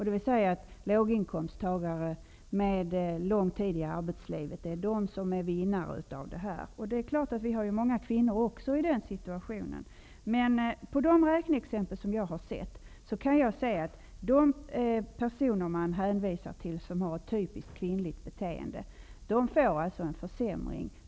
Det är låginkomsttagare med lång tid i arbetslivet som är vinnare på detta. Det är klart att det också finns många kvinnor i den situationen. Men de räkneexempel som jag har sett gör att jag kan säga, att de personer man hänvisar till, som har ett typiskt kvinnligt beteende, får en försämring.